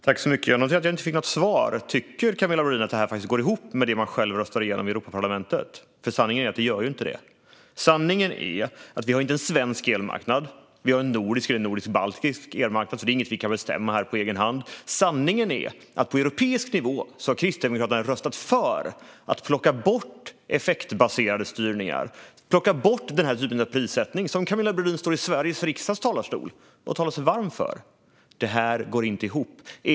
Fru talman! Jag noterar att jag inte fick något svar. Tycker Camilla Brodin att det här går ihop med det man själv röstade igenom i Europaparlamentet? Sanningen är ju att det inte gör det. Sanningen är att vi inte har någon svensk elmarknad, utan vi har en nordisk eller en nordisk-baltisk elmarknad. Det är inget vi kan bestämma här på egen hand. Sanningen är att på europeisk nivå har Kristdemokraterna röstat för att plocka bort effektbaserade styrningar och att plocka bort den typ av prissättning som Camilla Brodin står i Sveriges riksdags talarstol och talar sig varm för. Det här går inte ihop.